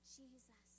Jesus